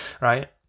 Right